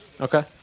Okay